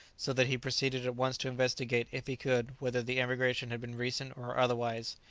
so that he proceeded at once to investigate, if he could, whether the emigration had been recent or otherwise.